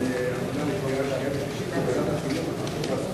(איסור שיווק תמרוק שבתהליך ייצורו נערך ניסוי בבעלי-חיים),